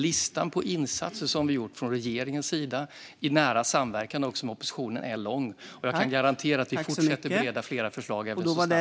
Listan på insatser som vi gjort från regeringens sida, även i nära samverkan med oppositionen, är lång. Jag kan garantera att vi fortsätter att bereda flera förslag så snabbt vi kan.